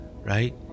right